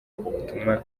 ubutumwa